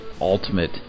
ultimate